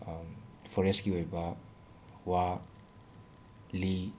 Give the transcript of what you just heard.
ꯐꯣꯔꯦꯁꯀꯤ ꯑꯣꯏꯕ ꯋꯥ ꯂꯤ